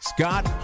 Scott